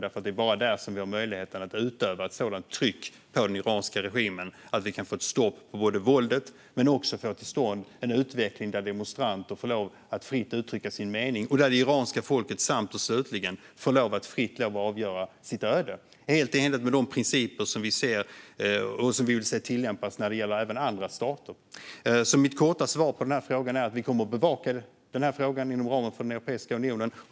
Det är bara där vi har möjligheten att utöva ett sådant tryck på den iranska regimen att vi både kan få ett stopp på våldet och få till stånd en utveckling där demonstranter får lov att fritt uttrycka sin mening och där det iranska folket sist och slutligen får lov att fritt avgöra sitt öde helt enligt de principer som vi vill se tillämpas när det gäller även andra stater. Mitt korta svar är att vi kommer att bevaka den här frågan inom ramen för Europeiska unionen.